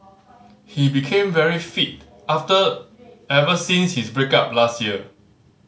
he became very fit after ever since his break up last year